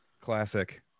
classic